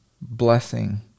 blessing